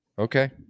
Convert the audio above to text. Okay